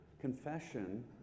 confession